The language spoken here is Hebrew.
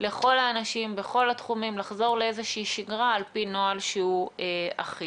לכל האנשים בכל התחומים לחזור לאיזושהי שגרה על פי נוהל שהוא אחיד.